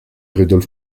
rudolf